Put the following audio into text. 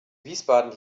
wiesbaden